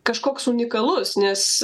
kažkoks unikalus nes